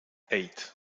eight